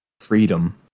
freedom